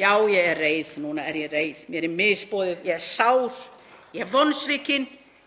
Já, ég er reið. Núna er ég reið, mér er misboðið, ég er sár, ég er vonsvikin.